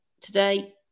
today